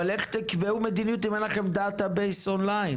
אבל איך תקבעו מדיניות אם אין לכם Data Base אונליין?